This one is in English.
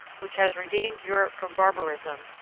which has redeemed europe from barbarism,